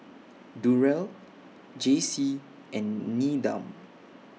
Durell Jaycee and Needham